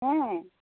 ᱦᱮᱸ